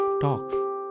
talks